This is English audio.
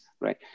right